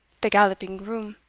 the galloping groom.